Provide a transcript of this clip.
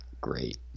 great